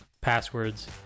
passwords